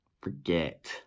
forget